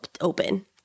open